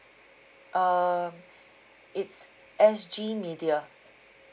um it's S_G media